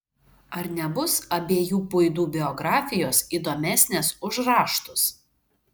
ar nebus abiejų puidų biografijos įdomesnės už raštus